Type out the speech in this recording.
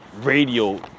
radio